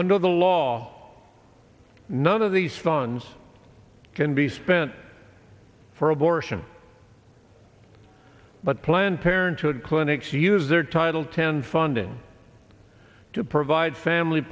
under the law none of these funds can be spent for abortion but planned parenthood clinics use their title ten funding to provide family